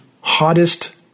hottest